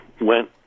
went